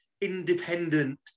independent